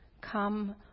come